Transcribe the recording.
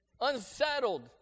unsettled